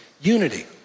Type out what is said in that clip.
unity